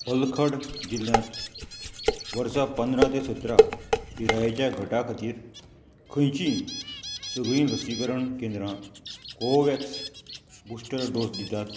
पलखड जिल्ल्यांत वर्सां पंदरा ते सतरा पिरायेच्या गटा खातीर खंयचीं सगळीं लसीकरण केंद्रां कोवोव्हॅक्स बुस्टर डोस दितात